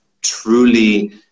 truly